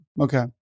Okay